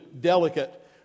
delicate